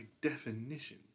definition